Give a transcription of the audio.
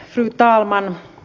rantalan